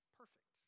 perfect